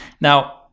Now